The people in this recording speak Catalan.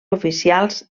oficials